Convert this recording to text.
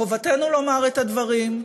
חובתנו לומר את הדברים,